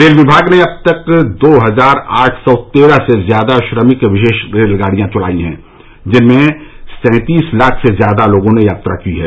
rail विभाग ने अब तक दो हजार आठ सौ तेरह से ज्यादा श्रमिक विशेष रेलगाड़ियां चलाई हैं जिनमें सैंतीस लाख से ज्यादा लोगों ने यात्रा की है